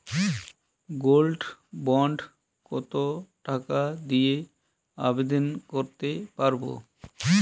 Gold bond কত টাকা দিয়ে আবেদন করতে পারবো?